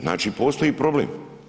Znači postoji problem?